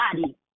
body